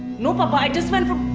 no papa, i just went for